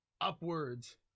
upwards